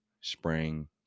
spring